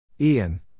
Ian